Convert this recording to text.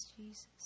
Jesus